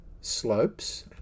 slopes